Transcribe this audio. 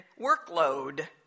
workload